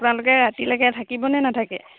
আপোনালোকে ৰাতিলৈকে থাকিব নে নাথাকে